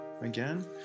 again